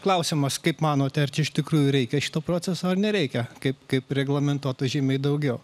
klausimas kaip manote ar čia iš tikrųjų reikia šito proceso ar nereikia kaip kaip reglamentuoto žymiai daugiau